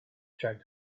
tried